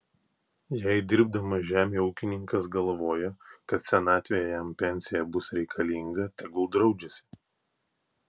jei dirbdamas žemę ūkininkas galvoja kad senatvėje jam pensija bus reikalinga tegul draudžiasi